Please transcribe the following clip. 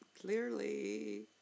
clearly